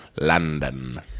London